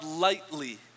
lightly